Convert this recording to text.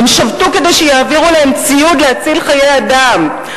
הם שבתו כדי שיעבירו להם ציוד להציל חיי אדם,